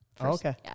Okay